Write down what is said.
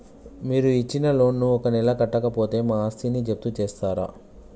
మీరు ఇచ్చిన లోన్ ను ఒక నెల కట్టకపోతే మా ఆస్తిని జప్తు చేస్తరా?